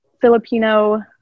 Filipino